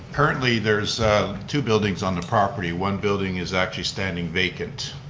currently there's two buildings on the property. one building is actually standing vacant